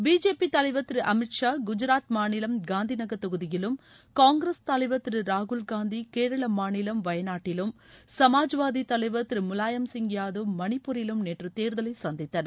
BJP தலைவர் திரு அமித் ஷா குஜாத் மாநிலம் காந்திநகர் தொகுதியிலும் காங்கிரஸ் தலைவர் திரு ராகுல்காந்தி கேரள மாநிலம் வயநாட்டிலும் சமாஜ்வாதி தலைவர் திரு முலாயம் சிங் யாதவ் மணிப்பூரிலும் நேற்று தேர்தலை சந்தித்தனர்